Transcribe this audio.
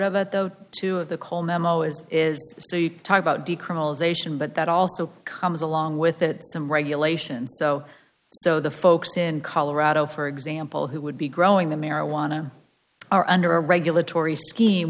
of it though two of the call memo as is so you talk about decriminalization but that also comes along with that some regulation so so the folks in colorado for example who would be growing the marijuana are under a regulatory scheme